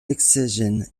excision